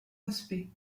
aspects